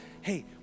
Hey